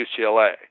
UCLA